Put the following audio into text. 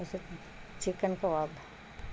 اسے چکن کباب